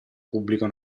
pubblico